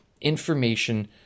information